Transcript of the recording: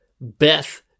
Beth